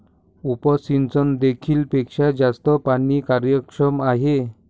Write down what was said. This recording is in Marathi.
उपसिंचन देखील पेक्षा जास्त पाणी कार्यक्षम आहे